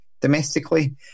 domestically